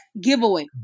giveaway